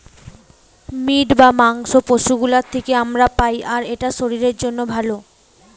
meet বা মাংস পশু গুলোর থিকে আমরা পাই আর এটা শরীরের জন্যে ভালো